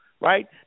right